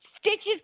stitches